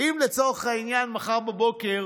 לצורך העניין, מחר בבוקר